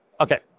Okay